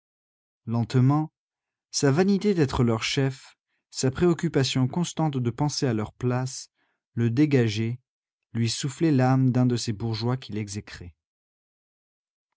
lentement sa vanité d'être leur chef sa préoccupation constante de penser à leur place le dégageaient lui soufflaient l'âme d'un de ces bourgeois qu'il exécrait